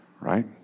Right